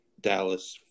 Dallas